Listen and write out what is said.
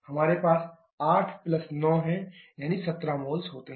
हमारे पास 8 9 हैं यानी 17 मोल्स होते है